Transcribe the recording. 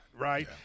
right